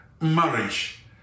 Marriage